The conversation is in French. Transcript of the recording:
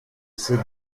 ces